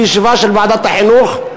בישיבה של ועדת החינוך,